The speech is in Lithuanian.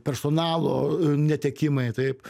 personalo netekimai taip